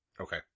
Okay